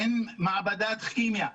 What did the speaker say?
אין מעבדת כימיה,